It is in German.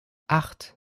acht